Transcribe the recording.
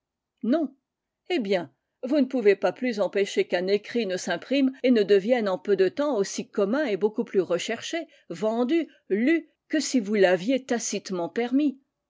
non eh bien vous ne pouvez pas plus empêcher qu'un écrit ne s'imprime et ne devienne en peu de temps aussi commun et beaucoup plus recherché vendu lu que si vous l'aviez tacitement permis